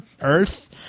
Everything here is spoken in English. Earth